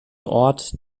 ort